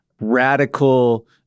radical